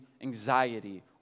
anxiety